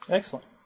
Excellent